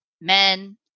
Men